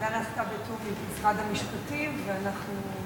העבודה נעשתה בתיאום עם משרד המשפטים, ואנחנו,